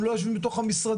הם לא יושבים בתוך המשרדים,